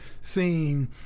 seeing